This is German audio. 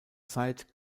zeit